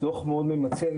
ומאוד ממצה.